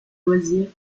loisirs